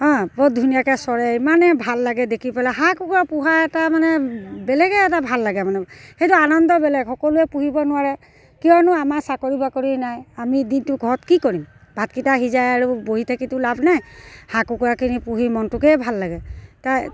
অঁ বহুত ধুনীয়াকৈ চৰে ইমানেই ভাল লাগে দেখি পেলাই হাঁহ কুকুৰা পোহা এটা মানে বেলেগে এটা ভাল লাগে মানে সেইটো আনন্দ বেলেগ সকলোৱে পুহিব নোৱাৰে কিয়নো আমাৰ চাকৰি বাকৰি নাই আমি দিনটো ঘৰত কি কৰিম ভাতকেইটা সিজাই আৰু বহি থাকিটো লাভ নাই হাঁহ কুকুৰাখিনি পুহি মনটোকেই ভাল লাগে তাই